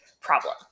problem